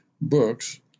books